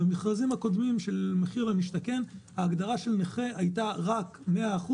במכרזים הקודמים של מחיר למשתכן ההגדרה "נכה" הייתה רק 100%,